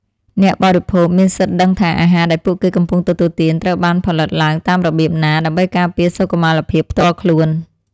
អ្នកបរិភោគមានសិទ្ធិដឹងថា អាហារដែលពួកគេកំពុងទទួលទានត្រូវបានផលិតឡើងតាមរបៀបណា ដើម្បីការពារសុខុមាលភាពផ្ទាល់ខ្លួន។